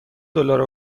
دلار